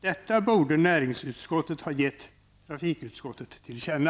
Detta borde näringsutskottet ha gett trafikutskottet till känna.